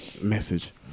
message